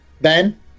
Ben